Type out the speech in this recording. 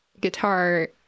guitar